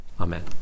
Amen